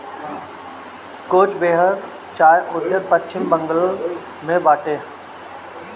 कोच बेहर चाय उद्यान पश्चिम बंगाल में बाटे